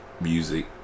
music